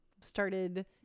started